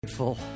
grateful